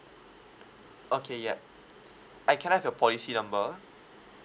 okay yup I can I have your policy number